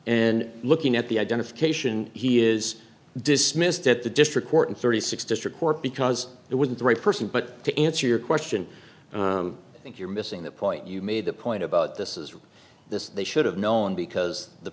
and looking at the identification he is dismissed at the district court in thirty six district court because it wouldn't the right person but to answer your question i think you're missing the point you made the point about this is this they should have known because the